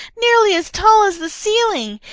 nearly as tall as the ceiling!